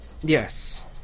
Yes